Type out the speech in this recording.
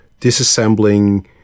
disassembling